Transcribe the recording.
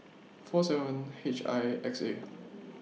four seven H I X A